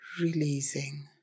releasing